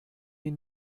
die